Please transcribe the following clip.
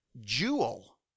jewel